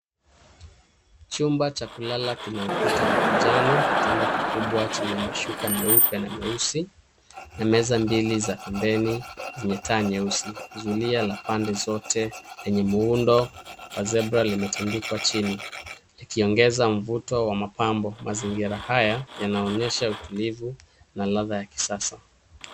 Chumba cha kulala kina ukuta wa kijani, kitanda kikubwa chenye mashuka meupe na meusi, na meza mbili za pembeni zenye taa nyeusi. Zulia la pande zote lenye muundo wa zebra limetandikwa chini, likiongeza mvuto wa mapambo. Mazingira haya yanaonyesha utulivu na ladha ya kisasa.